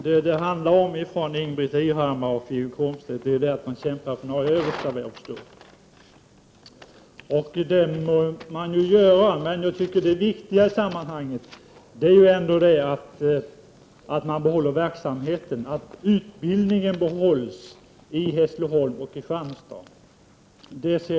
Herr talman! Wiggo Komstedt och Ingbritt Irhammar kämpar, vad jag förstår, för några överstar. Det må man ju göra. Men det viktiga är att behålla verksamheten, dvs. att utbildningen behålls i Hässleholm och i Kristianstad.